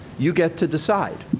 you get to decide,